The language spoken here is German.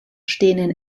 stehen